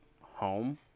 home